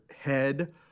head